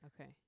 Okay